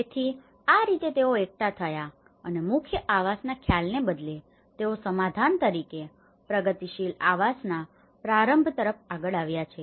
તેથી આ રીતે તેઓ એકઠા થયા અને મુખ્ય આવાસના ખ્યાલને બદલે તેઓ સમાધાન તરીકે પ્રગતિશીલ આવાસના પ્રારંભ તરફ આગળ આવ્યા છે